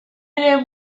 ere